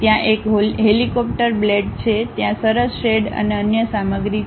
ત્યાં એક helicopter blade છે ત્યાં સરસ શેડ અને અન્ય સામગ્રી છે